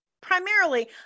primarily